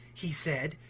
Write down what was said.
he said,